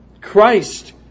Christ